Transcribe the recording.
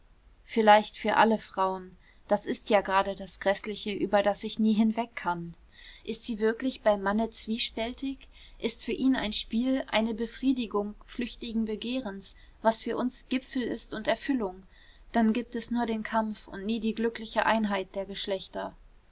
vielleicht für alle frauen das ist ja gerade das gräßliche über das ich nie hinweg kann ist sie wirklich beim manne zwiespältig ist für ihn ein spiel eine befriedigung flüchtigen begehrens was für uns gipfel ist und erfüllung dann gibt es nur den kampf und nie die glückliche einheit der geschlechter